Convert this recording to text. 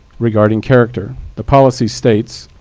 regarding character. the policy states,